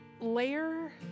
layer